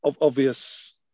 obvious